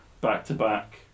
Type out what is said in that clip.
back-to-back